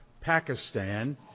Pakistan